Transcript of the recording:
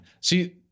see